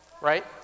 Right